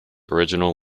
original